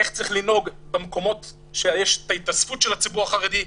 איך צריך לנהוג במקומות שיש התאספות של הציבור החרדי.